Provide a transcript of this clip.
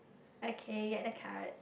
okay get a card